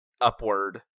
upward